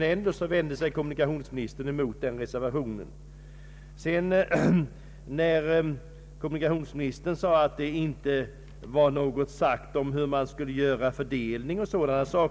Ändå vänder sig kommunikationsministern mot förslaget i reservation 1. Kommunikationsministern sade också att vid 1963 års beslut ingenting bestämts om fördelningen av tillgängliga